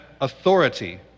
authority